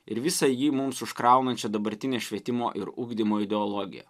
ir visą jį mums užkraunančia dabartinės švietimo ir ugdymo ideologija